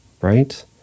right